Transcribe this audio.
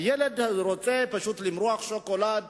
הילד פשוט רוצה למרוח שוקולד